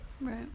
Right